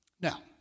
Now